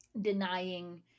denying